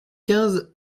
quinze